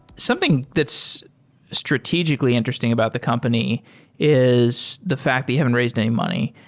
something that's strategically interesting about the company is the fact that you haven't raised any money.